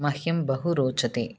मह्यं बहु रोचते